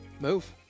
Move